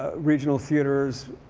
ah regional theaters